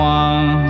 one